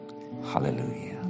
hallelujah